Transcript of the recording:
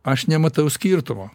aš nematau skirtumo